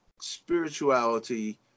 spirituality